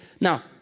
Now